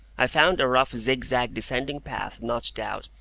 i found a rough zigzag descending path notched out,